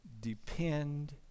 depend